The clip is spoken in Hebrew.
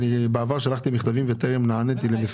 בעבר שלחתי מכתבים למשרד החוץ וטרם נעניתי.